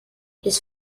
his